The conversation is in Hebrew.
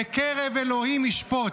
בקרב אלהים ישפֹּט.